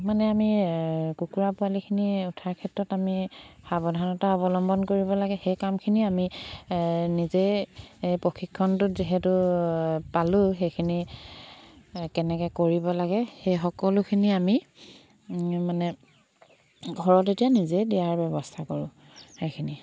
মানে আমি কুকুৰা পোৱালিখিনি উঠাৰ ক্ষেত্ৰত আমি সাৱধানতা অৱলম্বন কৰিব লাগে সেই কামখিনি আমি নিজে প্ৰশিক্ষণটোত যিহেতু পালোঁ সেইখিনি কেনেকৈ কৰিব লাগে সেই সকলোখিনি আমি মানে ঘৰত এতিয়া নিজে দিয়াৰ ব্যৱস্থা কৰোঁ সেইখিনি